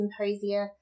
symposia